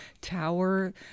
tower